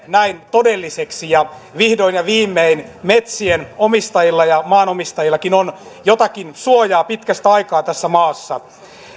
näin todelliseksi ja vihdoin ja viimein metsien omistajilla ja maanomistajillakin on jotakin suojaa pitkästä aikaa tässä maassa